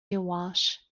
walsh